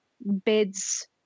beds